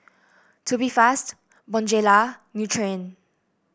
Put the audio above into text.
Tubifast Bonjela Nutren